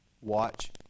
watch